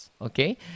Okay